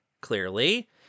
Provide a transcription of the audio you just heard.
clearly